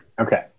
okay